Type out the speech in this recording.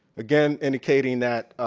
again indicating that